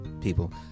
people